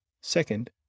Second